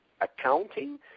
accounting